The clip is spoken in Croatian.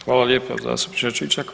Hvala lijepo, zastupniče Čičak.